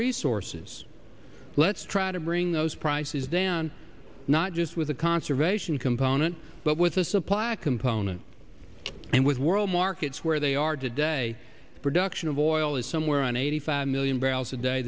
resources let's try to bring those prices than not just with a conservation component but with a supply component and with world markets where they are today production of oil is somewhere around eighty five million barrels a day